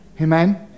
Amen